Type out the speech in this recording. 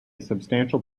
substantial